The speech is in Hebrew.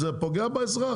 זה פוגע באזרח,